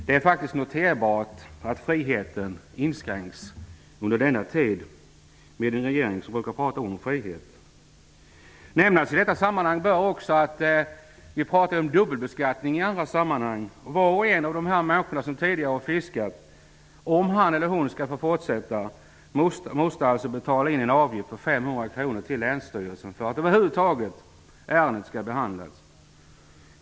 Det är faktiskt noterbart att friheten inskränks under en regering som brukar prata om frihet. Vi pratar ju om dubbelbeskattning i andra sammanhang. Om de människor som tidigare har fiskat skall få fortsätta måste de betala in en avgift på 500 kr till länsstyrelsen för att ärendet över huvud taget skall behandlas.